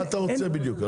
מה אתה רוצה בדיוק?